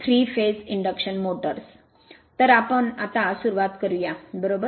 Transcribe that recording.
तर आता आपण सुरुवात करुया बरोबर